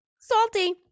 Salty